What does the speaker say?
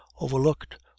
overlooked